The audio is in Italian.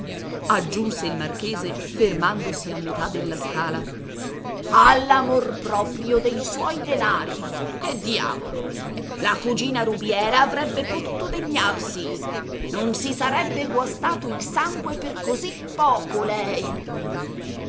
aggiunse il marchese fermandosi a metà della scala ha l'amor proprio dei suoi denari che diavolo la cugina rubiera avrebbe potuto degnarsi non si sarebbe guastato il sangue per così poco lei